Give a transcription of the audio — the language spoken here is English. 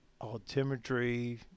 altimetry